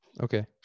Okay